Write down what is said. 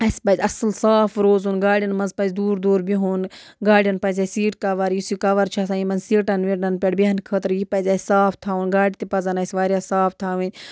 اَسہِ پَزِ اَصٕل صاف روزُن گاڑٮ۪ن منٛز پَزِ دوٗر دوٗر بِہُن گاڑٮ۪ن پَزِ اَسہِ سیٖٹ کَوَر یُس یہِ کَوَر چھُ آسان یِمَن سیٖٹَن وِٹَن پٮ۪ٹھ بیٚہنہٕ خٲطرٕ یہِ پَزِ اَسہِ صاف تھاوُن گاڑِ تہِ پَزَن اَسہِ وارِیاہ صاف تھاوٕنۍ